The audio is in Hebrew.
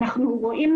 ואנחנו רואים,